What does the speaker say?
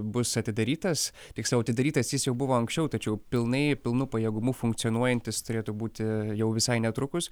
bus atidarytas tiksliau atidarytas jis jau buvo anksčiau tačiau pilnai pilnu pajėgumu funkcionuojantis turėtų būti jau visai netrukus